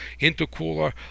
intercooler